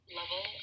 level